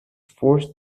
forced